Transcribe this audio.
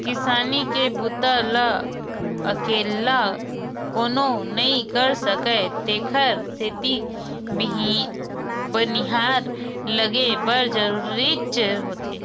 किसानी के बूता ल अकेल्ला कोनो नइ कर सकय तेखर सेती बनिहार लगये बर जरूरीच होथे